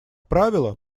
правило